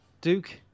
Duke